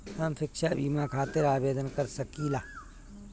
हम शिक्षा बीमा खातिर आवेदन कर सकिला?